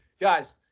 guys